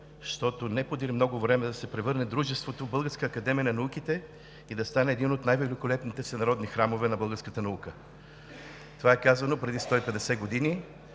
щото не подир много време да се превърне дружеството в българска Академия на науките и да стане един от най-великолепните всенародни храмове на българската наука.“ Това е казано преди 150 години.